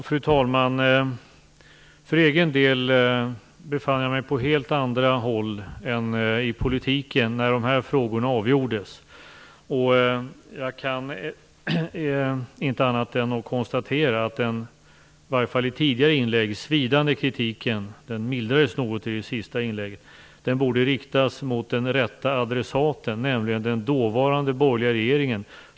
Fru talman! För egen del befann jag mig på helt andra håll än i politiken när dessa frågor avgjordes. Jag kan inte annat än konstatera att den - i varje fall i tidigare inlägg - svidande kritiken som mildrades något i det senaste inlägget, borde riktas mot den rätta adressaten, nämligen den dåvarande borgerliga regeringen.